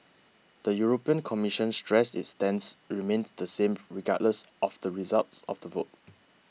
the European Commission stressed its stance remained the same regardless of the results of the vote